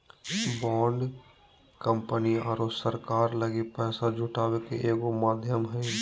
bond company आरो सरकार लगी पैसा जुटावे के एगो माध्यम हइ